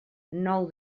nou